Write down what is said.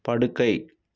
படுக்கை